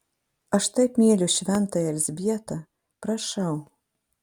aš taip myliu šventąją elzbietą prašau